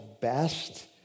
best